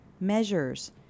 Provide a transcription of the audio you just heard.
measures